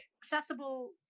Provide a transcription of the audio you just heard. accessible